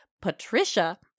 Patricia